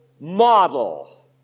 model